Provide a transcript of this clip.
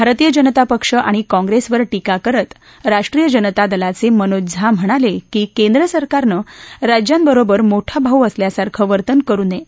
भारतीय जनता पक्ष आणि काँग्रेसवर ीीका करत राष्ट्रीय जनता दलाचे मनोज झा म्हणाले की केंद्र सरकारनं राज्यांबरोबर मोठा भाऊ असल्यासारख वर्तन करु नये